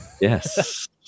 Yes